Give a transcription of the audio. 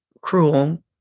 cruel